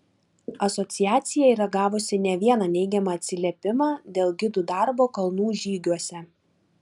asociacija yra gavusi ne vieną neigiamą atsiliepimą dėl gidų darbo kalnų žygiuose